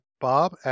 Bob